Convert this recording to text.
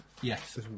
Yes